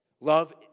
Love